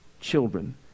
children